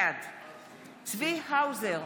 בעד צבי האוזר,